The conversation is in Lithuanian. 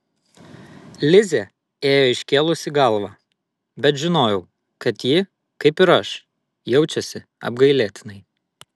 lizė ėjo iškėlusi galvą bet žinojau kad ji kaip ir aš jaučiasi apgailėtinai